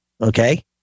Okay